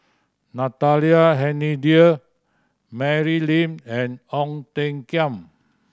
Natalie Hennedige Mary Lim and Ong Tiong Khiam